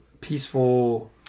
peaceful